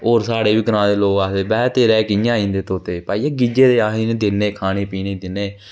होर साढ़े बी ग्रांऽ दे लोक आखदे वह् तेरे एह् कियां आई जंदे तोते भाई गिज्जे दे अस दिन्ने खाने पीने गी दिन्ने